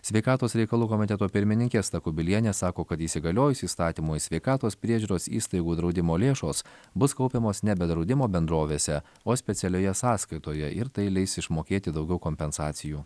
sveikatos reikalų komiteto pirmininkė asta kubilienė sako kad įsigaliojus įstatymui sveikatos priežiūros įstaigų draudimo lėšos bus kaupiamos nebe draudimo bendrovėse o specialioje sąskaitoje ir tai leis išmokėti daugiau kompensacijų